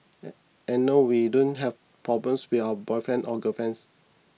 and and no we don't have problems with our boyfriend or girlfriends